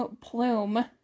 plume